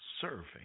serving